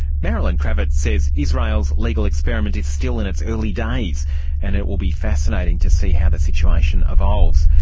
marilyn krawitz says israel's illegal experiment is still in its early days and it will be fascinating to see how the situation evolves.